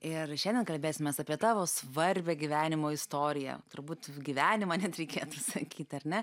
ir šiandien kalbėsimės apie tavo svarbią gyvenimo istoriją turbūt gyvenimą net reikėtų sakyt ar ne